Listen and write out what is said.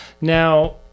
Now